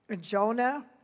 Jonah